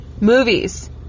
movies